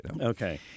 Okay